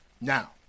Now